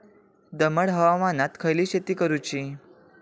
दमट हवामानात खयली शेती करूची?